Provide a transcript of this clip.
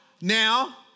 now